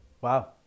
Wow